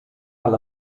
alla